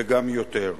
וגם יותר.